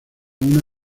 una